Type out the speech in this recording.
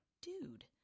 Dude